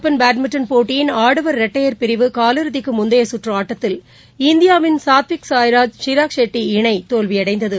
சீன open badminton போட்டியின் ஆடவர் இரட்டையர் பிரிவு காலிறுதிக்கு முந்தைய சுற்று ஆட்டத்தில் இந்தியாவின் சாத்விக் சாய்ராஜ் சிராக் செட்டி இணை தோல்வியடைந்தது